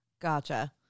gotcha